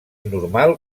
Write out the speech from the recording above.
normal